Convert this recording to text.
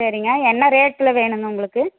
சரிங்க என்ன ரேட்டில் வேணுங்க உங்களுக்கு